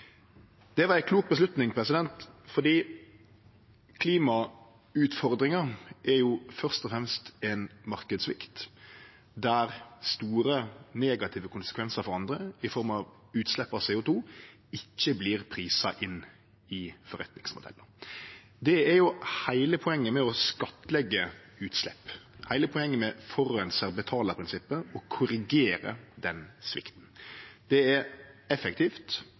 Det var ei klok avgjerd, for klimautfordringa er jo først og fremst ein marknadssvikt der store negative konsekvensar for andre i form av utslepp av CO 2 ikkje vert prisa inn i forretningsmodellane. Å korrigere den svikten er heile poenget med å skattleggje utslepp og heile poenget med forureinar-betaler-prinsippet. Det er effektivt,